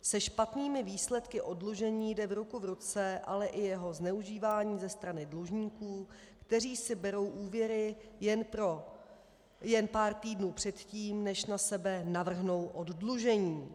Se špatnými výsledky oddlužení jde ruku v ruce ale i jeho zneužívání ze strany dlužníků, kteří si berou úvěry jen pár týdnů předtím, než na sebe navrhnou oddlužení.